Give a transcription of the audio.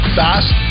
fast